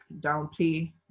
downplay